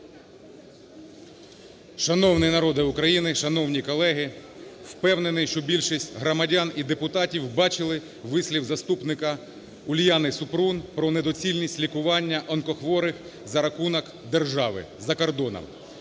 Шановний народе України, шановні колеги, впевнений, що більшість громадян і депутатів бачили вислів заступника Уляни Супрун про недоцільність лікування онкохворих за рахунок держави за кордоном.